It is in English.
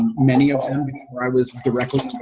many of them where i was directly